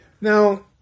Now